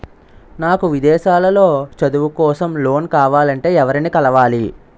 నాకు విదేశాలలో చదువు కోసం లోన్ కావాలంటే ఎవరిని కలవాలి?